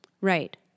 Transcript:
Right